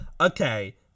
okay